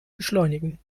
beschleunigen